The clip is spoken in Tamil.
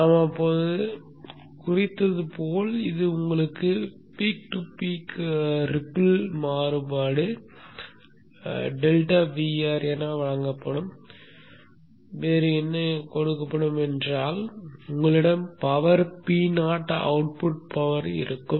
நாம் அப்போது குறித்தது போல் இது உங்களுக்கு பீக் டு பீக் ரிப்பில் மாறுபாடு டெல்டா Vr என வழங்கப்படும் வேறு என்ன கொடுக்கப்படும் என்றால் உங்களிடம் பவர் Po அவுட்புட் பவர் இருக்கும்